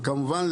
וכמובן,